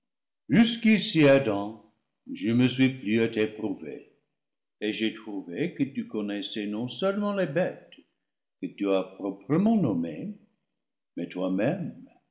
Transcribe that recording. jusqu'ici adam je me suis plu à t'éprouver et j'ai trouvé que tu connaissais non-seulement les bêtes que tu as proprement nommées mais toi-même